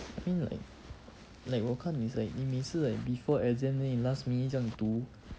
I mean like like 我看你是 like 你每次 like before exam then 你 last minute 这样读